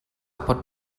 pot